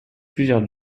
plusieurs